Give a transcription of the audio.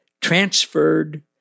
transferred